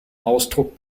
ausdruck